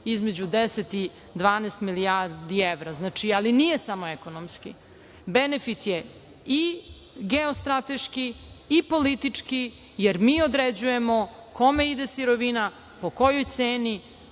između 10 i 12 milijardi evra, ali nije samo ekonomski. Benefit je i geostrateški i politički, jer mi određujemo kome ide sirovina, po kojoj ceni,